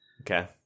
Okay